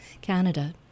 Canada